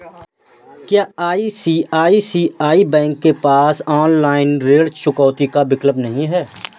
क्या ICICI bank के पास ऑनलाइन ऋण चुकौती का विकल्प नहीं है?